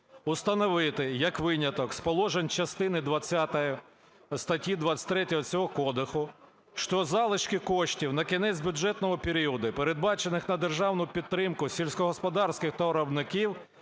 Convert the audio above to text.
"Установити як виняток з положень частини дванадцятої статті 23 цього кодексу, що залишки коштів на кінець бюджетного періоду, передбачених на державну підтримку сільськогосподарських товаровиробників,